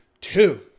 Two